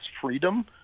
freedom